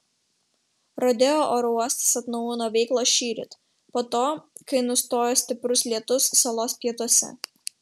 rodeo oro uostas atnaujino veiklą šįryt po to kai nustojo stiprus lietus salos pietuose